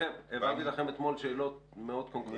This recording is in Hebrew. העברתי לכם אתמול שאלות מאוד קונקרטיות.